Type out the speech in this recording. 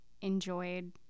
enjoyed